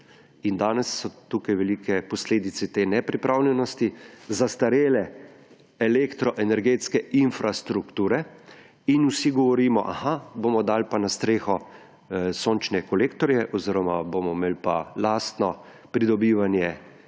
danes so tukaj velike posledice te nepripravljenosti: zastarele elektroenergetske infrastrukture in vsi govorimo, aha, bomo dali pa na streho sončne kolektorje oziroma bomo imeli pa lastno pridobivanje električne energije,